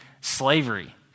slavery